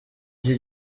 iki